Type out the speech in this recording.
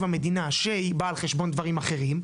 המדינה שהיא באה על חשבון דברים אחרים,